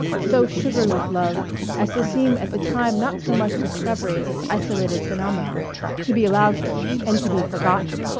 so sugared with love as to seem at the time not so much discoveries as isolated phenomena to be allowed for, and to be forgotten.